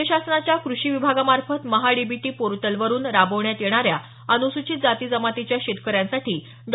राज्य शासनाच्या कृषी विभागामार्फत महाडीबीटी पोर्टलवरून राबवण्यात येणाऱ्या अनुसूचित जाती जमातीच्या शेतकऱ्यांसाठी डॉ